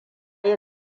yi